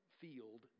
field